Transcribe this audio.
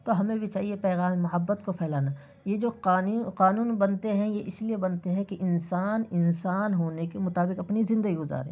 تو ہمیں بھی چاہیے پیغام محبت کو پھیلانا یہ جو قانون بنتے ہیں یہ اس لیے بنتے ہیں کہ انسان انسان ہونے کے مطابق اپنی زندگی گزارے